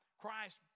Christ